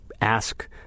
ask